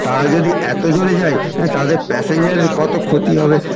তারা যদি এত জোরে যায় তাদের প্যাসেঞ্জারের কত ক্ষতি হবে